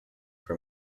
for